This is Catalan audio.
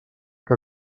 que